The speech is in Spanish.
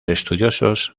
estudiosos